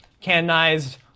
canonized